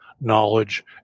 knowledge